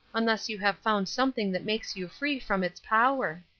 unless you have found something that makes you free from its power.